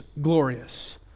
glorious